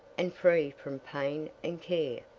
and free from pain and care.